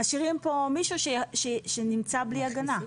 משאירים פה מישהו שנמצא בלי הגנה.